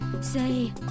Say